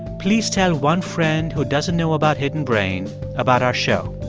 please tell one friend who doesn't know about hidden brain about our show.